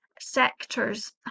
sectors